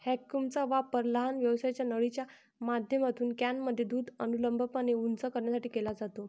व्हॅक्यूमचा वापर लहान व्यासाच्या नळीच्या माध्यमातून कॅनमध्ये दूध अनुलंबपणे उंच करण्यासाठी केला जातो